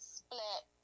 split